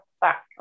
back